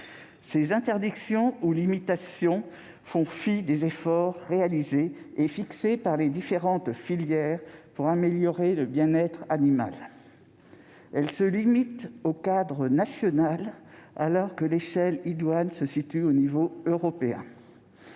Ces interdictions et limitations font fi des efforts réalisés et fixés par les différentes filières pour améliorer le bien-être animal. Elles se limitent au cadre national, alors que l'échelle idoine est européenne.